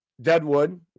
deadwood